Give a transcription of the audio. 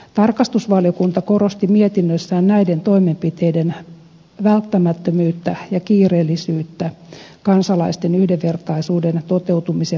tarkastusvaliokunta korosti mietinnössään näiden toimenpiteiden välttämättömyyttä ja kiireellisyyttä kansalaisten yhdenvertaisuuden toteutumisen vuoksi